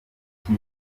kipe